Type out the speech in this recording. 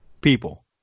people